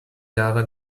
jahre